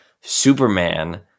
Superman